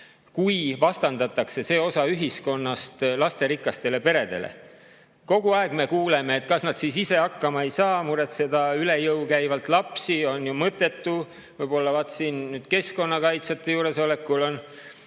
kui vastandatakse see osa ühiskonnast lasterikastele peredele. Kogu aeg me kuuleme, et kas nad ise hakkama ei saa, muretseda üle jõu käivalt lapsi on ju mõttetu. Vaat siin keskkonnakaitsjate juuresolekul on